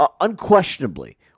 Unquestionably